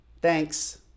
Thanks